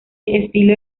estilo